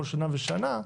כל שנה ושנה.